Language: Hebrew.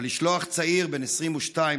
אבל לשלוח צעיר בן 22,